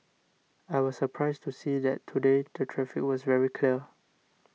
I was surprised to see that today the traffic was very clear